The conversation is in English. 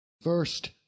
First